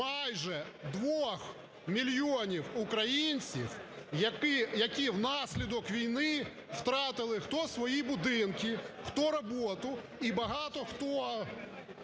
майже двох мільйонів українців, які внаслідок війни втратили, хто свої будинки, хто роботу і багато хто...